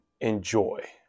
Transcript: enjoy